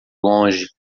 longe